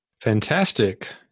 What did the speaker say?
Fantastic